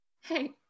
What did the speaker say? Hey